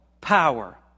power